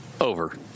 Over